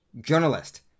journalist